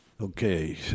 Okay